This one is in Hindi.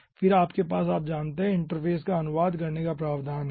फिर आपके पास आप जानते है इंटरफेस का अनुवाद करने का प्रावधान है